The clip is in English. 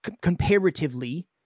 comparatively